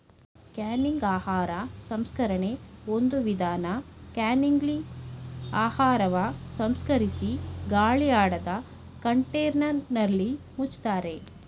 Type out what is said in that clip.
canning ಆಹಾರ ಸಂರಕ್ಷಣೆ ಒಂದು ವಿಧಾನ ಕ್ಯಾನಿಂಗ್ಲಿ ಆಹಾರವ ಸಂಸ್ಕರಿಸಿ ಗಾಳಿಯಾಡದ ಕಂಟೇನರ್ನಲ್ಲಿ ಮುಚ್ತಾರೆ